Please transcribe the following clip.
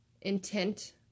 intent